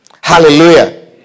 Hallelujah